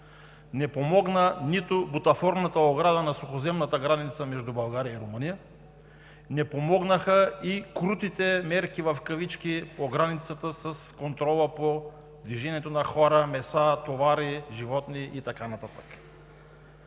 не помогна нито бутафорната ограда на сухоземната граница между България и Румъния, не помогнаха и „крутите мерки“ по границата с контрола по движението на хора, меса, товари, животни и така нататък.